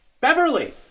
Beverly